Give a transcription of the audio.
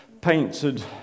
painted